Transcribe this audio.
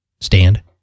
stand